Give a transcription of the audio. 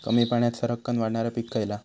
कमी पाण्यात सरक्कन वाढणारा पीक खयला?